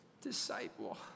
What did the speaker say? disciple